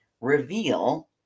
reveal